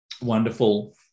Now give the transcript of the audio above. Wonderful